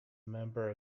member